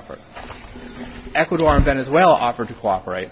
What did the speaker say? effort ecuador venezuela offered to cooperate